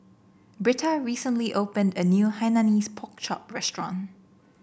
Britta recently opened a new Hainanese Pork Chop restaurant